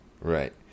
right